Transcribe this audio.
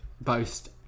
boast